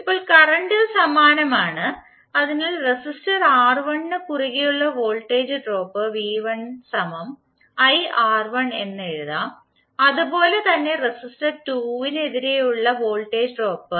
ഇപ്പോൾ കറന്റ് സമാനമാണ് അതിനാൽ റെസിസ്റ്റർ R1 ന് കുറുകെയുള്ള വോൾട്ടേജ് ഡ്രോപ്പ് എന്ന് എഴുതാം അതുപോലെ തന്നെ റെസിസ്റ്റർ 2 നെതിരെയുള്ള വോൾട്ടേജ് ഡ്രോപ്പ്